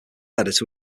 editor